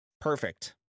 Perfect